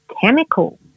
chemical